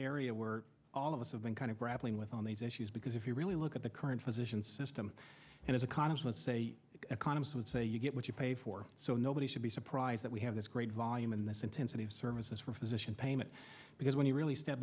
area where all of us have been kind of grappling with on these issues because if you really look at the current physician system and as economists say economists would say you get what you pay for so nobody should be surprised that we have this great volume in this intensity of services for physician payment because when you really step